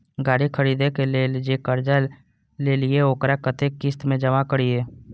गाड़ी खरदे के लेल जे कर्जा लेलिए वकरा कतेक किस्त में जमा करिए?